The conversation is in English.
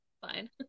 Fine